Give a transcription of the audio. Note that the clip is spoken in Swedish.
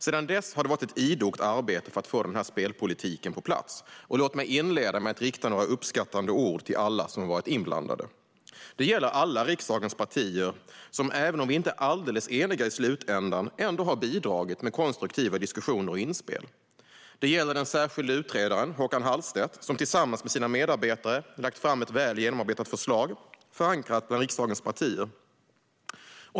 Sedan dess har det varit ett idogt arbete att få denna spelpolitik på plats. Låt mig inleda med att rikta några uppskattande ord till alla som varit inblandade. Det gäller alla riksdagens partier som, även om vi inte är alldeles eniga i slutändan, ändå har bidragit med konstruktiva diskussioner och inspel. Det gäller den särskilde utredaren Håkan Hallstedt, som tillsammans med sina medarbetare lagt fram ett väl genomarbetat förslag förankrat bland riksdagens partier.